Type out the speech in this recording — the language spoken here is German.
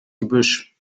gebüsch